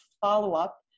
follow-up